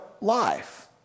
life